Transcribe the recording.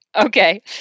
Okay